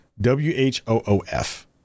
W-H-O-O-F